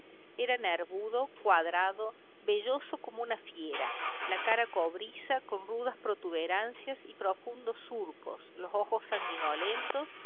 mejores era nervudo cuadrado velloso como una fiera la cara cobriza con rudas protuberancias y profundos surcos los ojos sanguinolentos